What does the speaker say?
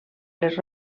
les